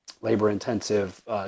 labor-intensive